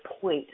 point